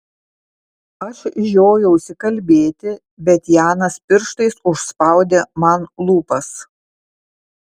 aš žiojausi kalbėti bet janas pirštais užspaudė man lūpas